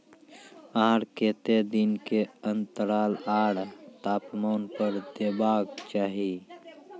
आर केते दिन के अन्तराल आर तापमान पर देबाक चाही?